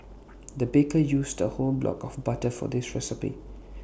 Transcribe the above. the baker used A whole block of butter for this recipe